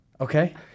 Okay